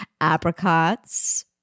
apricots